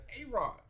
A-Rod